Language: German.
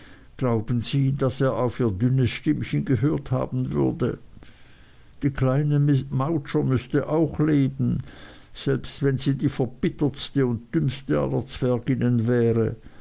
glauben sie daß er auf ihr dünnes stimmchen gehört haben würde die kleine mowcher müßte auch leben selbst wenn sie die verbitterste und dümmste aller zwerginnen wäre